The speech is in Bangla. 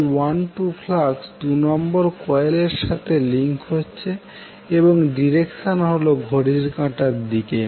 12 ফ্লাস্ক ২ নম্বর কয়েলের সাথে লিঙ্ক হচ্ছে এবং ডিরেক্সন হলো ঘড়ির কাঁটার দিকে